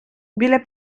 біля